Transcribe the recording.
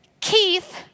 keith